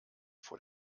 vor